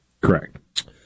Correct